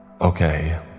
Okay